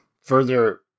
further